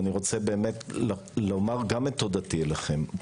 אני רוצה לומר גם את תודתי לכם.